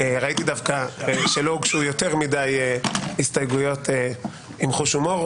ראיתי דווקא שלא הוגשו יותר מדי הסתייגויות עם חוש הומור,